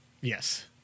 Yes